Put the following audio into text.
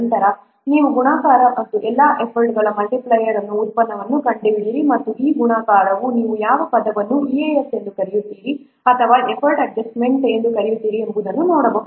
ನಂತರ ನೀವು ಗುಣಾಕಾರವನ್ನು ಅಂತಹ ಎಲ್ಲಾ ಎಫರ್ಟ್ ಮಲ್ಟಿಪ್ಲೈಯರ್ಗಳ ಉತ್ಪನ್ನವನ್ನು ಕಂಡುಹಿಡಿಯಬೇಕು ಮತ್ತು ಈ ಗುಣಾಕಾರವು ನೀವು ಯಾವ ಪದವನ್ನು ಇಎಎಫ್ ಎಂದು ಕರೆಯುತ್ತೀರಿ ಅಥವಾ ಎಫರ್ಟ್ ಅಡ್ಜಸ್ಟ್ಮೆಂಟ್ ಫ್ಯಾಕ್ಟರ್ ಎಂದು ಕರೆಯು ತ್ತೀರಿ ಎಂಬುದನ್ನು ನೋಡಬಹುದು